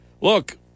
look